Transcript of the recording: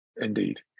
Indeed